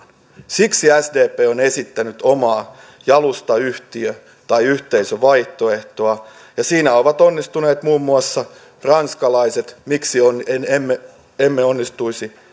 siksi sdp on esittänyt omaa jalustayhtiö tai yhteisövaihtoehtoa siinä ovat onnistuneet muun muassa ranskalaiset miksi emme emme onnistuisi